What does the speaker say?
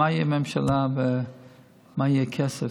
מה יהיה בממשלה ומה יהיה הכסף.